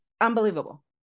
Unbelievable